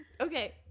Okay